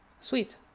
Sweet